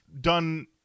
done